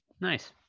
nice